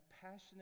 passionate